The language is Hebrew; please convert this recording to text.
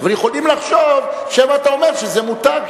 אבל יכולים לחשוב שמא אתה אומר שזה מותר,